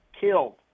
killed